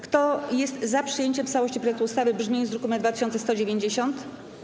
Kto jest za przyjęciem w całości projektu ustawy w brzmieniu z druku nr 2190?